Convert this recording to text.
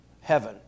heaven